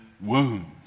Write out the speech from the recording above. wounds